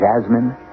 jasmine